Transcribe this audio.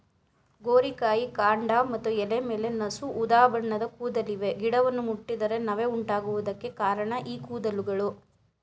ಗೋರಿಕಾಯಿ ಕಾಂಡ ಮತ್ತು ಎಲೆ ಮೇಲೆ ನಸು ಉದಾಬಣ್ಣದ ಕೂದಲಿವೆ ಗಿಡವನ್ನು ಮುಟ್ಟಿದರೆ ನವೆ ಉಂಟಾಗುವುದಕ್ಕೆ ಕಾರಣ ಈ ಕೂದಲುಗಳು